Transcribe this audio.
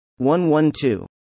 112